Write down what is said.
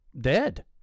dead